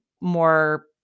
more